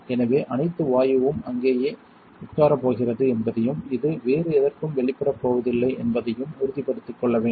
எனவே அனைத்து வாயுவும் அங்கேயே உட்காரப் போகிறது என்பதையும் இது வேறு எதற்கும் வெளிப்படப் போவதில்லை என்பதையும் உறுதிப்படுத்திக் கொள்ள வேண்டும்